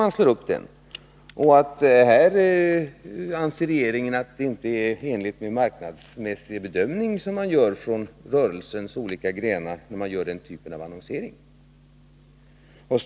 Anser regeringen att det inte är i enlighet med någon marknadsmässig bedömning från rörelsens olika grenar som denna typ av annonsering bedrivs?